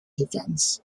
defense